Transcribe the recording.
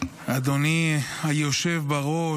אדוני היושב בראש,